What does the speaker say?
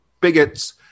bigots